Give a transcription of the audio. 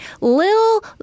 little